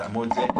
תתאמו את זה.